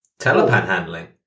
Telepanhandling